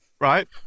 Right